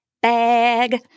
bag